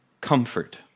comfort